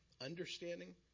understanding